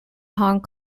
hong